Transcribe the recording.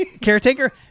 caretaker